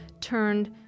turned